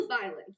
violence